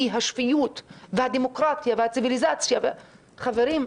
אי השפיות והדמוקרטיה והציוויליזציה חברים,